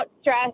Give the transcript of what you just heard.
stress